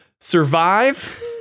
survive